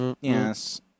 Yes